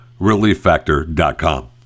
relieffactor.com